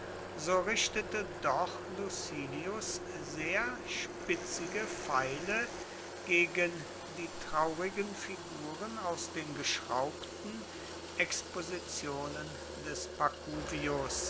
so richtete doch lucilius sehr spitzige pfeile gegen die traurigen figuren aus den geschraubten expositionen des